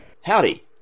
Howdy